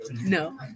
no